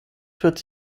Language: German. führt